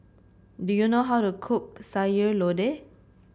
do you know how to cook Sayur Lodeh